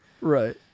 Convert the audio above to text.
right